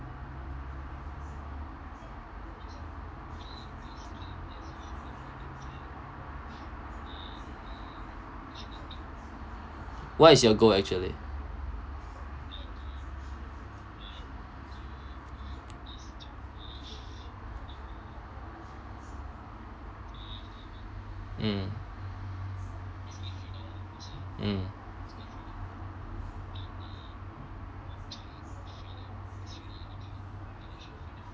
what's your goal actually mm mm